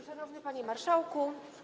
Szanowny Panie Marszałku!